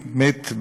מת,